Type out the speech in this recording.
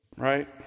Right